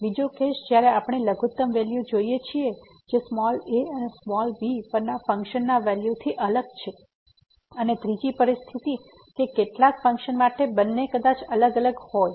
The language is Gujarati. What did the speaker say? બીજો કેસ જ્યારે આપણે લઘુત્તમ વેલ્યુ લઈએ છીએ જે a અને b પરના ફંકશન વેલ્યુથી અલગ છે અને ત્રીજી પરિસ્થિતિ કે કેટલાક ફંક્શન માટે બંને કદાચ અલગ અલગ હોય